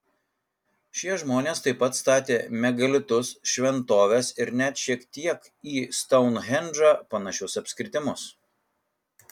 šie žmonės taip pat statė megalitus šventoves ir net šiek tiek į stounhendžą panašius apskritimus